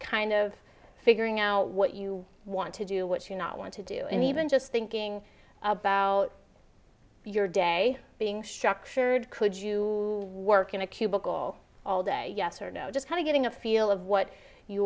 kind of figuring out what you want to do what you not want to do and even just thinking about your day being structured could you work in a cubicle all day yes or no just kind of getting a feel of what